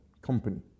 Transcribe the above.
company